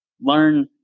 learn